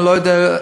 לא יודע.